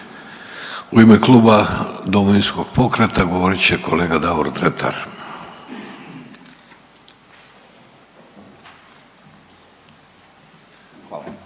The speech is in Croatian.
U ime Kluba Domovinskog pokreta govorit će kolega Davor Dretar. **Dretar,